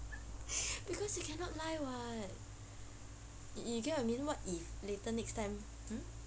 because you cannot lie what you you get [what] I mean what if later next time